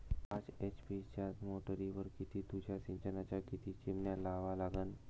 पाच एच.पी च्या मोटारीवर किती तुषार सिंचनाच्या किती चिमन्या लावा लागन?